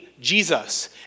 Jesus